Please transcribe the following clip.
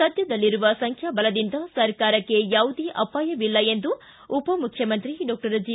ಸದ್ದದಲ್ಲಿರುವ ಸಂಖ್ಯಾಬಲದಿಂದ ಸರ್ಕಾರಕ್ಕೆ ಯಾವುದೇ ಅಪಾಯವಿಲ್ಲ ಎಂದು ಉಪಮುಖ್ಯಮಂತ್ರಿ ಡಾಕ್ಷರ್ ಜಿ